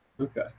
Okay